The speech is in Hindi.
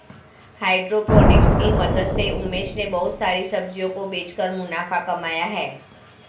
हाइड्रोपोनिक्स की मदद से उमेश ने बहुत सारी सब्जियों को बेचकर मुनाफा कमाया है